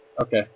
Okay